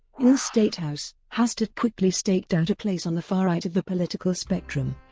in the state house hastert quickly staked out a place on the far right of the political spectrum,